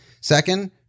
Second